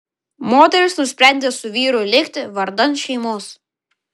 moteris nusprendė su vyru likti vardan šeimos